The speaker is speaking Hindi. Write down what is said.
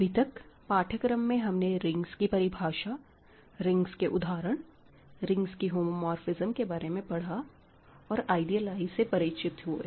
अभी तक पाठ्यक्रम में हमने रिंग्स की परिभाषा रिंग्स के उदाहरण रिंग्स की होमोमोरफ़िज्म के बारे में पढ़ा और आइडियल I से परिचित हुए